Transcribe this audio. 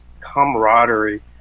camaraderie